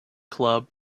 club